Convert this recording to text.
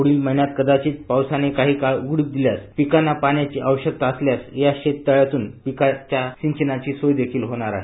प्ढील महिन्यात कदाचित पावसाने काही काळ उघडीप दिल्यास पिकांना पाण्याची आवश्यकता असल्यास या शेतळ्यातून पिकांच्या सिंचनाची सोय देखील होणार आहे